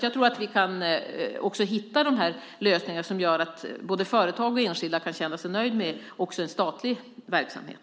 Jag tror att vi kan hitta de lösningar som gör att både företag och enskilda kan känna sig nöjda också med en statlig verksamhet.